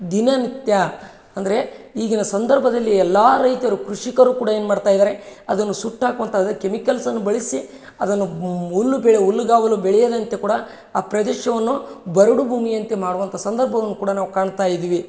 ದಿನನಿತ್ಯ ಅಂದರೆ ಈಗಿನ ಸಂದರ್ಭದಲ್ಲಿ ಎಲ್ಲ ರೈತರು ಕೃಷಿಕರು ಕೂಡ ಏನ್ಮಾಡ್ತಾ ಇದ್ದಾರೆ ಅದನ್ನು ಸುಟ್ಟಾಕುವಂಥ ಅದಕ್ಕೆ ಕೆಮಿಕಲ್ಸನ್ನು ಬಳಸಿ ಅದನ್ನು ಹುಲ್ಲು ಬೆಳೆ ಹುಲ್ಲುಗಾವಲು ಬೆಳೆಯದಂತೆ ಕೂಡ ಆ ಪ್ರದೇಶವನ್ನು ಬರಡು ಭೂಮಿಯಂತೆ ಮಾಡುವಂಥ ಸಂದರ್ಭವನ್ನು ಕೂಡ ನಾವು ಕಾಣ್ತಾ ಇದ್ದೀವಿ